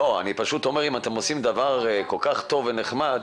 אם אתם עושים דבר כל כך טוב ונחמד,